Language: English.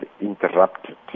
interrupted